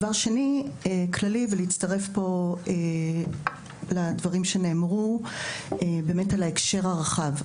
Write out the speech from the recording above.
כללי, ומצטרף לדברים שנאמרו פה על ההקשר הרחב.